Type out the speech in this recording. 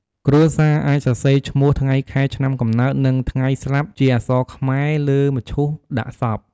គ្រួសារអាចសរសេរឈ្មោះ ថ្ងៃខែឆ្នាំកំណើត និងថ្ងៃស្លាប់ជាអក្សរខ្មែរលើមឈូសដាក់សព។